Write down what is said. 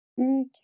Okay